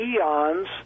Eons